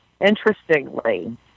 Interestingly